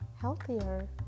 healthier